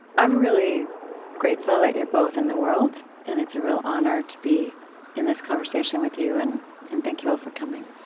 i'm really grateful that you're both in the world, and it's a real honor to be in this conversation with you, and and thank you all for coming